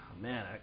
man